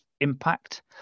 impact